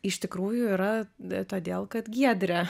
iš tikrųjų yra todėl kad giedrė